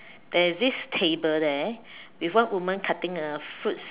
there is this table there with one woman cutting a fruits